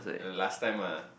last time ah